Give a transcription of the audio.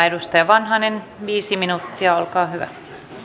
edustaja vanhanen viisi minuuttia olkaa hyvä